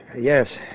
Yes